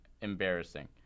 embarrassing